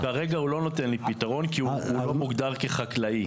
כרגע הוא לא נותן לי פתרון כי הוא לא מוגדר כחקלאי,